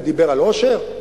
הוא דיבר על עושר?